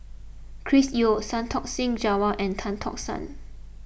Chris Yeo Santokh Singh Grewal and Tan Tock San